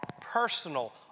personal